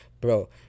Bro